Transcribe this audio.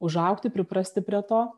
užaugti priprasti prie to